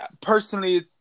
personally